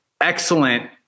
excellent